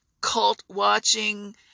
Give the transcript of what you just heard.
cult-watching